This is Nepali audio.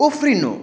उफ्रिनु